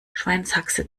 schweinshaxe